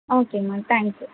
ஓகேம்மா தேங்க்யூ